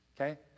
Okay